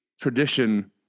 tradition